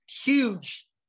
huge